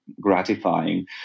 gratifying